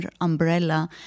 umbrella